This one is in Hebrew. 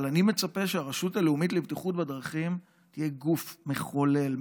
אבל אני מצפה שהרשות הלאומית לבטיחות בדרכים תהיה גוף מחולל,